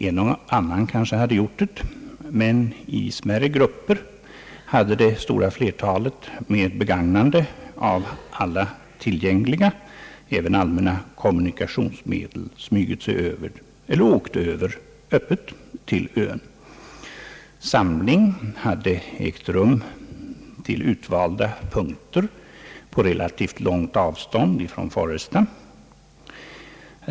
En och annan hade kanske gjort det, men det stora flertalet hade i smärre grupper med begagnande av alla tillgängliga, även allmänna, kommunikationsmedel smugit sig över eller åkt över öppet till ön. Samling hade ägt rum vid utvalda punkter på relativt långt avstånd från Foresta.